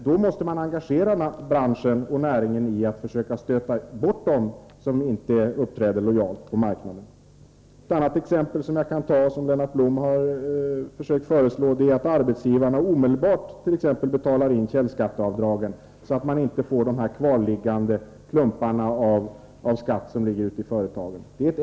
Då måste man engagera branschen och näringen i att försöka stöta bort dem som inte uppträder lojalt på marknaden. Jag vill ta upp ett exempel som Lennart Blom har försökt föra fram. Det gäller att arbetsgivare omedelbart skall betala in källskatteavdragen, så att man inte får dessa kvarliggande klumpar av skatt i företagen.